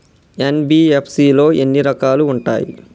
NBFC లో ఎన్ని రకాలు ఉంటాయి?